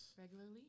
Regularly